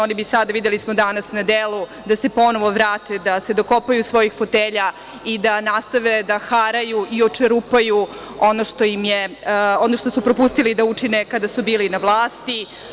Oni bi sad, videli smo danas na delu, da se ponovo vrate, da se dokopaju svojih fotelja i da nastave da haraju i očerupaju ono što su propustili da učine kada su bili na vlasti.